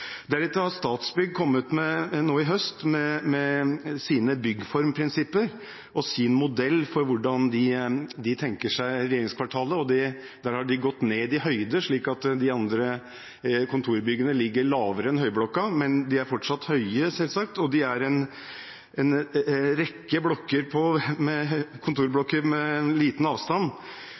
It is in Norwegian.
Statsbygg har nå i høst kommet med sine byggformprinsipper og sin modell for hvordan de tenker seg regjeringskvartalet. Der har de gått ned i høyde, slik at de andre kontorbygningene ligger lavere enn Høyblokka, men de er selvsagt fortsatt høye, og det er en rekke kontorblokker med liten avstand imellom som fort kan framstå som en ganske gold kontorørken med